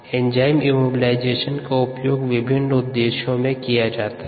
enzyme immobilization उपयोग विभिन्न उद्देश्यों के लिए किया जा सकता है